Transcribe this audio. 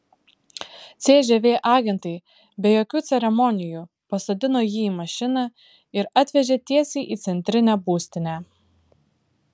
cžv agentai be jokių ceremonijų pasodino jį į mašiną ir atvežė tiesiai į centrinę būstinę